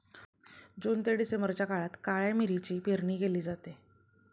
जून ते डिसेंबरच्या काळात काळ्या मिरीची पेरणी केली जाते